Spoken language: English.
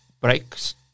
breaks